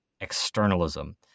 externalism